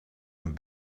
een